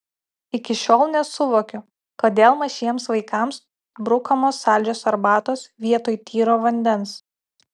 iki šiol nesuvokiu kodėl mažiems vaikams brukamos saldžios arbatos vietoj tyro vandens